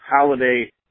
holiday